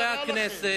חברי הכנסת,